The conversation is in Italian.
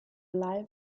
live